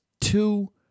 two